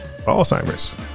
Alzheimer's